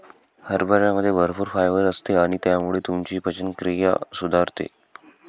हरभऱ्यामध्ये भरपूर फायबर असते आणि त्यामुळे तुमची पचनक्रिया सुधारते